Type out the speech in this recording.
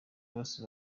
bose